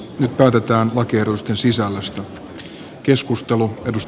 nyt päätetään lakiehdotusten sisällöstä